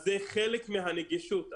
זה חלק מהנגישות.